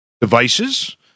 devices